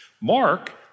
Mark